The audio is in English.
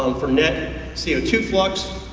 um from net and c o two flux.